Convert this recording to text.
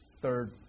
third